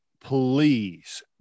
please